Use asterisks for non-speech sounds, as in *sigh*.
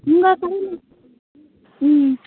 உங்கள் *unintelligible* ம்